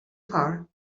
far